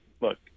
look